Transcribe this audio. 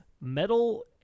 metal